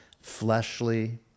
fleshly